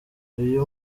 iyo